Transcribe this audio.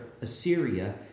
Assyria